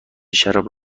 شراب